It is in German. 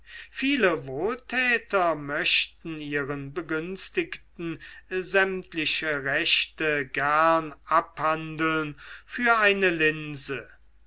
viele wohltäter möchten ihren begünstigten sämtliche rechte gern abhandeln für eine linse